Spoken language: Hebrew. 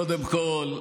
קודם כול,